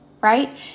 right